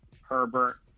herbert